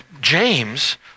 James